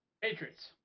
Patriots